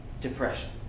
depression